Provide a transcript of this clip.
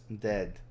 dead